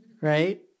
Right